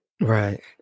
right